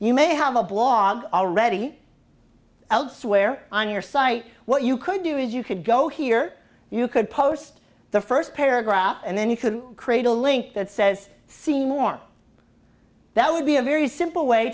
you may have a blog already elsewhere on your site what you could do is you could go here you could post the first paragraph and then you could create a link that says seymour that would be a very simple way